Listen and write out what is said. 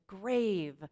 grave